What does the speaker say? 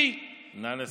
נא לסיים.